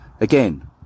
Again